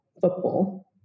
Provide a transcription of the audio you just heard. football